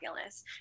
illness